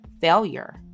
failure